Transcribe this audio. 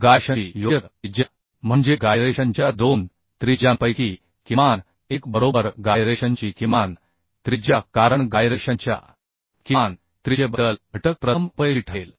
गायरेशनची योग्य त्रिज्या म्हणजे गायरेशनच्या दोन त्रिज्यांपैकी किमान एक बरोबर गायरेशनची किमान त्रिज्या कारण गायरेशनच्या किमान त्रिज्येबद्दल घटक प्रथम अपयशी ठरेल